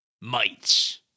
mites